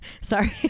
sorry